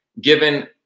given